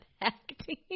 acting